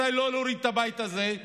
מתי לא להוריד את הבית הזה.